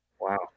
Wow